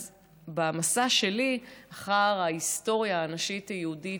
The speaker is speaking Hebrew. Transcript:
אז במסע שלי אחר ההיסטוריה הנשית היהודית,